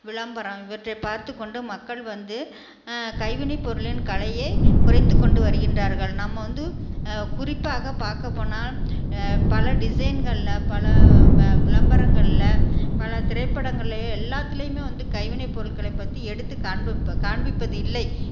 விளம்பரம் இவற்றை பார்த்துக்கொண்டு மக்கள் வந்து கைவினைப் பொருளின் கலையை குறைத்துக்கொண்டு வருகின்றார்கள் நம்ம வந்து குறிப்பாக பார்க்கப் போனால் பல டிஸைன்களில் பல வ விளம்பரங்களில் பல திரைப்படங்களிலேயே எல்லாத்திலையுமே வந்து கைவினைப் பொருட்களை பற்றி எடுத்து காண்பிப்ப காண்பிப்பது இல்லை